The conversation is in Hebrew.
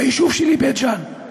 ביישוב שלי, בית ג'ן,